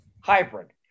hybrid